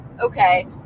Okay